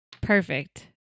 Perfect